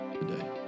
today